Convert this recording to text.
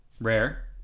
rare